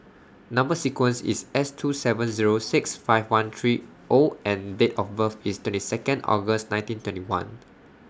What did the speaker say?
Number sequence IS S two seven Zero six five one three O and Date of birth IS twenty Second August nineteen twenty one